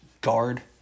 guard